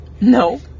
no